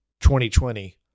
2020